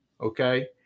okay